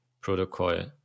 protocol